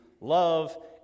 love